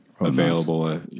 available